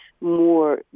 more